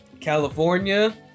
California